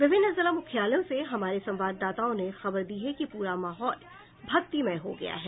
विभिन्न जिला मुख्यालयों से हमारे संवाददाताओं ने खबर दी है कि पूरा माहौल भक्तिमय हो गया है